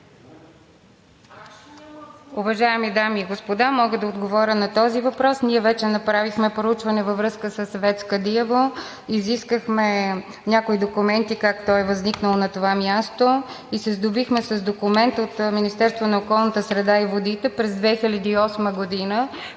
Уважаеми дами и господа, мога да отговоря на този въпрос. Ние вече направихме проучване във връзка с ВЕЦ „Кадиево“. Изискахме някои документи как той е възникнал на това място и се сдобихме с документ от Министерството на околната среда и водите през 2008 г.,